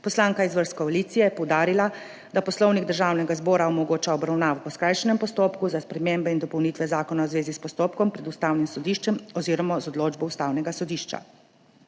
Poslanka iz vrst koalicije je poudarila, da Poslovnik Državnega zbora omogoča obravnavo po skrajšanem postopku za spremembe in dopolnitve zakona v zvezi s postopkom pred Ustavnim sodiščem oziroma z odločbo Ustavnega sodišča.